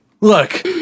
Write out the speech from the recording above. look